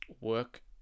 work